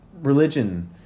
religion